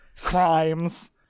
crimes